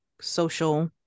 social